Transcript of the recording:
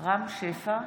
אלעזר שטרן,